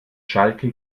schalke